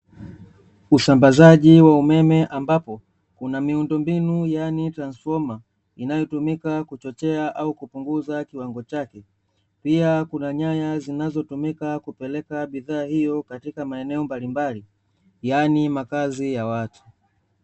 Usambazaji wa umeme ambapo kuna miundo mbinu yaani transfoma inayotumika kuchochea au kupunguza kiwango chake. Pia, kuna nyaya zinazotumika kupeleka bidhaa hiyo katika maeneo mbalimbali, yaani makazi ya watu.